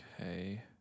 Okay